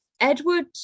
Edward